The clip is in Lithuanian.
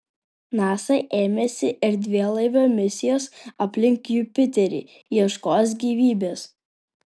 nasa ėmėsi erdvėlaivio misijos aplink jupiterį ieškos gyvybės